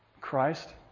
Christ